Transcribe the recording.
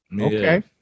Okay